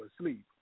asleep